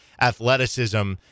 athleticism